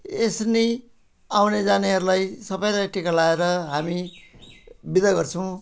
यसरी नै आउने जानेहरूलाई सबैलाई टिका लगाएर हामी बिदा गर्छौँ